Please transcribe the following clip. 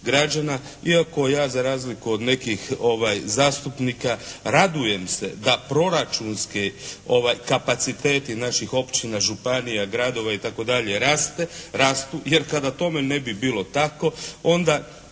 građana iako ja za razliku od nekih zastupnika radujem se da proračunski kapaciteti naših općina, županija, gradova itd. rastu, jer kada tome ne bi bilo tako onda